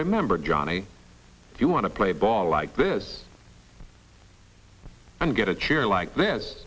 remember johnny if you want to play ball like this and get a chair like this